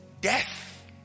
death